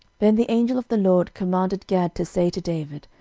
then the angel of the lord commanded gad to say to david,